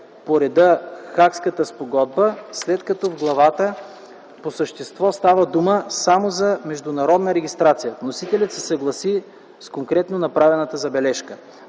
по реда на Хагската спогодба”, след като в главата по същество става дума само за международна регистрация. Вносителят се съгласи с коректно направената забележка.